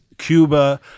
Cuba